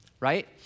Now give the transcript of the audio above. Right